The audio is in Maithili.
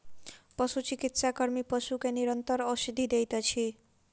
पशुचिकित्सा कर्मी पशु के निरंतर औषधि दैत अछि